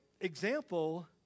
example